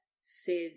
Says